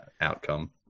outcome